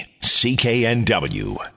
cknw